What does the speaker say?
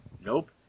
Nope